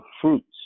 fruits